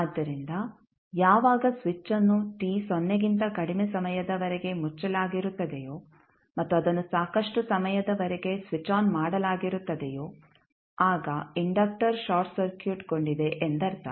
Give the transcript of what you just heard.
ಆದ್ದರಿಂದ ಯಾವಾಗ ಸ್ವಿಚ್ಅನ್ನು t ಸೊನ್ನೆಗಿಂತ ಕಡಿಮೆ ಸಮಯದವರೆಗೆ ಮುಚ್ಚಲಾಗಿರುತ್ತದೆಯೋ ಮತ್ತು ಅದನ್ನು ಸಾಕಷ್ಟು ಸಮಯದವರೆಗೆ ಸ್ವಿಚ್ ಆನ್ ಮಾಡಲಾಗಿರುತ್ತದೆಯೋ ಆಗ ಇಂಡಕ್ಟರ್ ಶಾರ್ಟ್ ಸರ್ಕ್ಯೂಟ್ ಗೊಂಡಿದೆ ಎಂದರ್ಥ